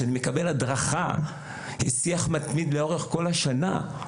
שאני מקבל הדרכה; יש שיח מתמיד לאורך כל השנה.